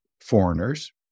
foreigners